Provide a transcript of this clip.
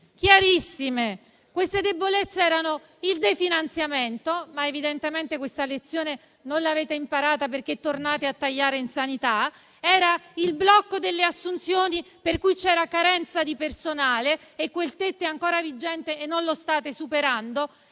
chiarissime. Queste debolezze erano il definanziamento (ma evidentemente questa lezione non l'avete imparata, perché tornate a tagliare in sanità), il blocco delle assunzioni, per cui c'era carenza di personale (quel tetto è ancora vigente e non lo state superando),